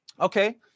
Okay